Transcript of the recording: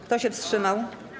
Kto się wstrzymał?